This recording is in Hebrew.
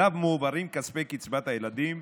שאליו מועברים כספי קצבת הילדים,